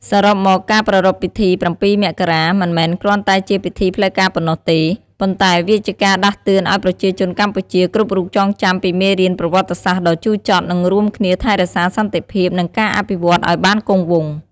សរុបមកការប្រារព្ធពិធី៧ មករា មិនមែនគ្រាន់តែជាពិធីផ្លូវការប៉ុណ្ណោះទេ ប៉ុន្តែវាជាការដាស់តឿនឲ្យប្រជាជនកម្ពុជាគ្រប់រូបចងចាំពីមេរៀនប្រវត្តិសាស្ត្រដ៏ជូរចត់ និងរួមគ្នាថែរក្សាសន្តិភាព និងការអភិវឌ្ឍន៍ឲ្យបានគង់វង្ស។